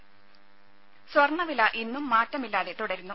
രുമ സ്വർണ്ണവില ഇന്നും മാറ്റമില്ലാതെ തുടരുന്നു